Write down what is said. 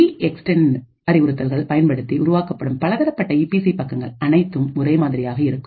இ extended அறிவுறுத்தல்கள் பயன்படுத்தி உருவாக்கப்படும் பலதரப்பட்ட இ பி சி பக்கங்கள் அனைத்தும் ஒரே மாதிரியாக இருக்கும்